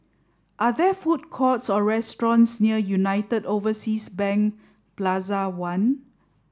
are there food courts or restaurants near United Overseas Bank Plaza One